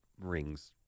rings